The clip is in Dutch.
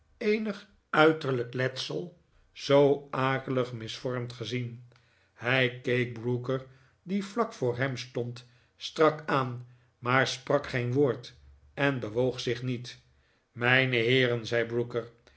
eenig uiterlijk letsel zoo akelig misvormd gezien hij keek brooker die vlak voor hem stond strak aan maar sprak geen woord en bewoog zich niet mijne heeren zei brooker